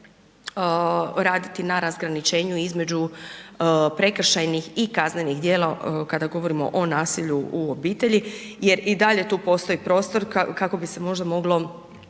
raditi na razgraničenju između prekršajnih i kaznenih djela kada govorimo o nasilju u obitelji jer i dalje tu postoji prostor kako bi se možda moglo